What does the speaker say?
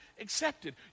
accepted